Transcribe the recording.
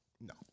no